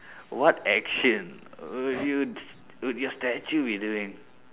what action would you would your statue be doing